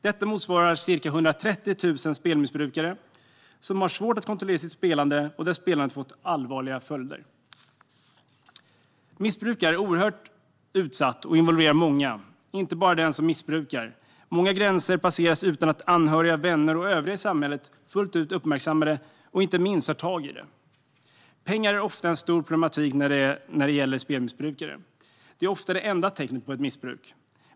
Detta motsvarar ca 130 000 spelmissbrukare som har svårt att kontrollera sitt spelande och där spelandet fått allvarliga följder. Missbruk gör människor oerhört utsatta och involverar många, inte bara den som missbrukar. Många gränser passeras utan att anhöriga, vänner och övriga i samhället fullt ut uppmärksammar det och inte minst tar tag i det. Pengar är ofta ett stort problem för den som är spelmissbrukare. Det är ofta det enda tecknet på ett missbruk.